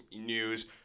news